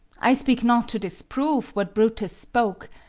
i speak not to disprove what brutus spoke,